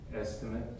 estimate